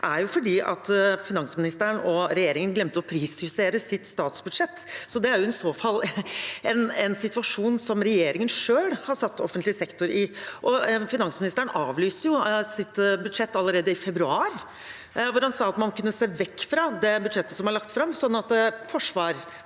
er at finansministeren og regjeringen glemte å prisjustere sitt statsbudsjett, så det er i så fall en situasjon regjeringen selv har satt offentlig sektor i. Finansministeren avlyste jo sitt budsjett allerede i februar, da han sa at man kunne se vekk fra det budsjettet som var lagt fram, og at forsvar,